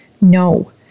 no